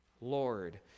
Lord